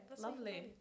lovely